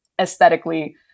aesthetically